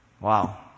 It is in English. Wow